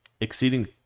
exceeding